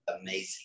amazing